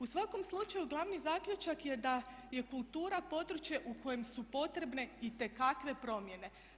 U svakom slučaju glavni zaključak je da je kultura područje u kojem su potrebne itekakve promjene.